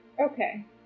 Okay